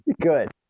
Good